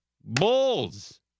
Bulls